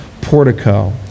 portico